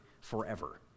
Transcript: forever